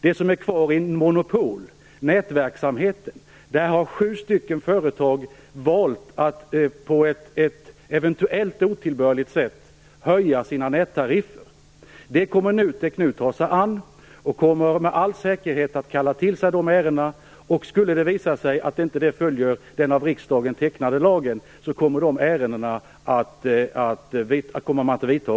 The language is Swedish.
Där monopolet fortfarande gäller, det gäller då mätverksamheten, har sju företag valt att på ett eventuellt otillbörligt sätt höja sina nättariffer. Det kommer NUTEK att ta sig an. Med all säkerhet kommer man att kalla till sig de ärendena. Skulle det visa sig att den av riksdagen tecknade lagen inte följs kommer åtgärder att vidtas.